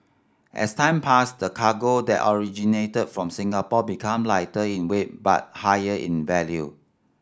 as time passed the cargo that originated from Singapore become lighter in weight but higher in value